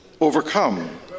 overcome